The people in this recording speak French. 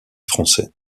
français